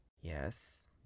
Yes